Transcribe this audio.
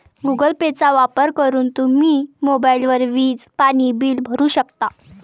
Google Pay वापर करून तुम्ही मोबाईल, वीज, पाणी बिल भरू शकता